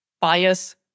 bias